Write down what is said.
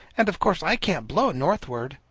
and of course i can't blow northwards.